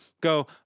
go